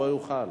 לא יוכל.